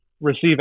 receive